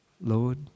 Lord